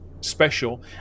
special